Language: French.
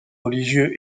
religieux